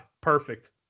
perfect